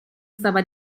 stava